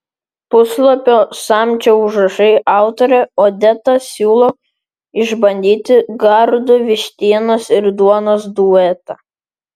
puslapio samčio užrašai autorė odeta siūlo išbandyti gardų vištienos ir duonos duetą